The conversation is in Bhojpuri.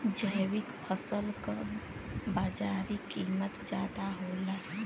जैविक फसल क बाजारी कीमत ज्यादा होला